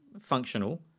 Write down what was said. functional